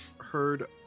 heard